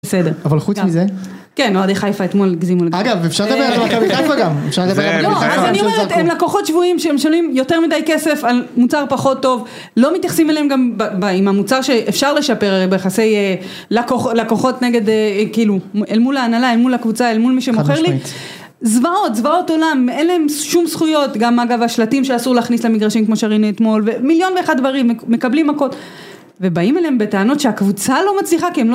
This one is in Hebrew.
בסדר. אבל חוץ מזה. כן, אוהדי חיפה אתמול הגזימו לגמרי. אגב, אפשר לדבר על אוהדי מכבי חיפה גם? אפשר לדבר על מכבי חיפה גם? לא, אז אני אומרת, הם לקוחות שבויים שהם משלמים יותר מדי כסף על מוצר פחות טוב, לא מתייחסים אליהם גם עם המוצר שאפשר לשפר ביחסי לקוחות נגד, כאילו, אל מול ההנהלה, אל מול הקבוצה, אל מול מי שמוכר לי. זוועות, זוועות עולם, אין להם שום זכויות, גם אגב השלטים שאסור להכניס למגרשים כמו שראינו אתמול, ומיליון ואחת דברים, מקבלים מכות, ובאים אליהם בטענות שהקבוצה לא מצליחה כי הם לא...